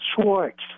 Schwartz